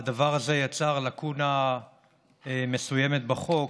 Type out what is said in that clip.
הדבר הזה יצר לקונה מסוימת בחוק,